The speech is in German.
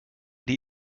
die